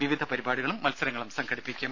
വിവിധ പരിപാടികളും മത്സരങ്ങളും സംഘടിപ്പിക്കും